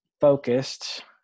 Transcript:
focused